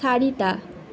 চাৰিটা